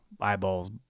eyeballs